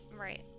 Right